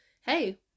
hey